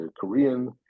Korean